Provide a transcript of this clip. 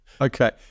Okay